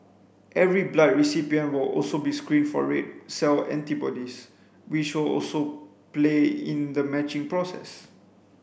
every blood recipient will also be screened for red cell antibodies which will also play in the matching process